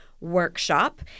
workshop